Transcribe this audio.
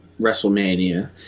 Wrestlemania